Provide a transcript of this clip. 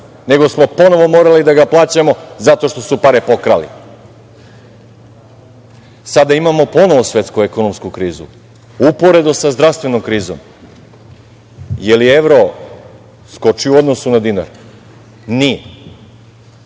nego smo ponovo morali da ga plaćamo zato što su pare pokrali. Sada imamo ponovo svetsku ekonomsku krizu, uporedo sa zdravstvenom krizom. Da li je evro skočio u odnosu na dinar? Nije.